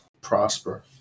prosper